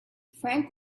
frank